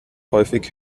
häufig